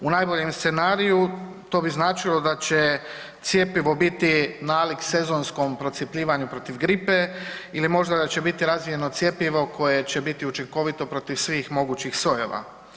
U najboljem scenariju, to bi značilo da će cjepivo biti nalik sezonskom procjepljivanju protiv gripe ili možda da će biti razvijeno cjepivo koje će biti učinkovito protiv svih mogućih sojeva.